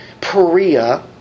Perea